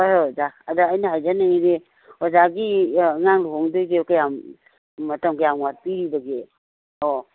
ꯍꯣꯏ ꯍꯣꯏ ꯑꯣꯖꯥ ꯑꯗ ꯑꯩꯅ ꯍꯥꯏꯖꯅꯤꯡꯉꯤꯗꯤ ꯑꯣꯖꯥꯒꯤ ꯑꯉꯥꯡ ꯂꯨꯍꯣꯡꯗꯣꯏꯖꯦ ꯀꯌꯥꯝ ꯃꯇꯝ ꯀꯌꯥꯝ ꯋꯥꯠꯄꯤꯔꯤꯕꯒꯦ ꯑꯣ